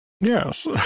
yes